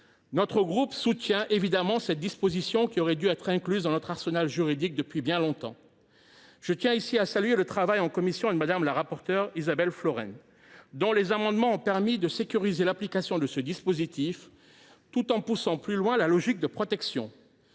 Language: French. Notre groupe soutient évidemment cette disposition, qui aurait dû être incluse dans notre arsenal juridique depuis bien longtemps. Je tiens ici à saluer le travail en commission de Mme la rapporteure, Isabelle Florennes, dont les amendements ont permis de sécuriser l’application du dispositif, tout en poussant plus loin la logique de protection.